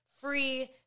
free